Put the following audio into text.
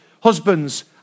Husbands